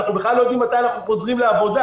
אנחנו בכלל לא יודעים מתי אנחנו חוזרים לעבודה.